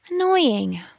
Annoying